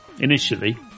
initially